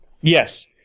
Yes